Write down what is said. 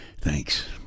thanks